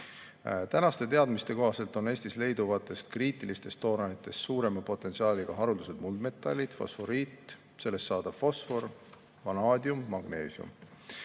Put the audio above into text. Tänaste teadmiste kohaselt on Eestis leiduvatest kriitilistest toorainetest suurema potentsiaaliga haruldased muldmetallid, fosforiit, sellest saadav fosfor, vanaadium, magneesium.